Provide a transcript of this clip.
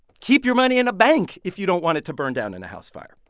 keep your money in a bank if you don't want it to burn down in a house fire.